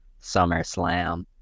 SummerSlam